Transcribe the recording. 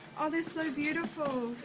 ah they're so beautiful!